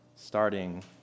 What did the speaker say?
Starting